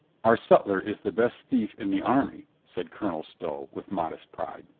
our sutler is the best thief in the army, said colonel stow with modest pride.